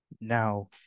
Now